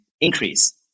increase